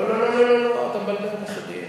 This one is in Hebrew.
לא לא לא, אתה מבלבל במושגים.